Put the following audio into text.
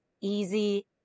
easy